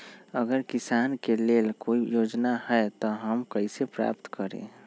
अगर किसान के लेल कोई योजना है त हम कईसे प्राप्त करी?